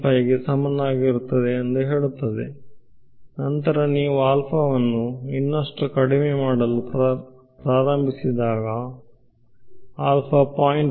75 ಕ್ಕೆ ಸಮನಾಗಿರುತ್ತದೆ ಎಂದು ಹೇಳುತ್ತದೆ ನಂತರ ನೀವು ಆಲ್ಫಾವನ್ನು ಇನ್ನಷ್ಟು ಕಡಿಮೆ ಮಾಡಲು ಪ್ರಾರಂಭಿಸಿದಾಗ ಆಲ್ಫಾ 0